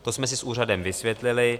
To jsme si s úřadem vysvětlili.